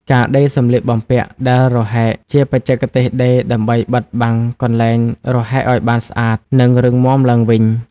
ការដេរសំលៀកបំពាក់ដែលរហែកជា បច្ចេកទេសដេរដើម្បីបិទបាំងកន្លែងរហែកឱ្យបានស្អាត និងរឹងមាំឡើងវិញ។